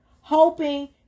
Hoping